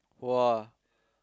!wah!